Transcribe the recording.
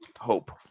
hope